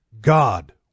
God